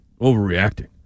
overreacting